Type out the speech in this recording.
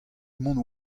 mont